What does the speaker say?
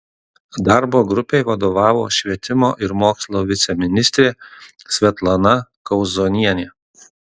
darbo grupei vadovavo švietimo ir mokslo viceministrė svetlana kauzonienė